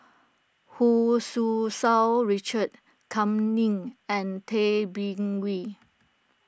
Hu Tsu Tau Richard Kam Ning and Tay Bin Wee